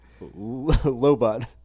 Lobot